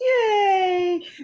Yay